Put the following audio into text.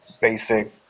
basic